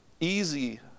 easy